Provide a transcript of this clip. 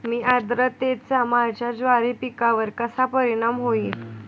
कमी आर्द्रतेचा माझ्या ज्वारी पिकावर कसा परिणाम होईल?